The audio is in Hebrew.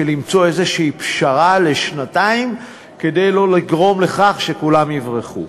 למצוא איזו פשרה לשנתיים כדי שלא לגרום לכך שכולם יברחו.